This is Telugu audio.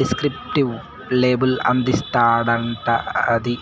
డిస్క్రిప్టివ్ లేబుల్ అందిస్తాండాది